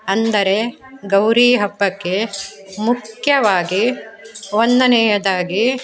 ಅಂದರೆ ಗೌರಿ ಹಬ್ಬಕ್ಕೆ ಮುಖ್ಯವಾಗಿ ಒಂದನೆಯದಾಗಿ